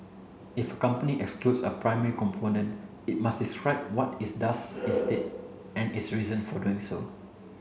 if a company excludes a primary component it must describe what it does instead and its reason for doing so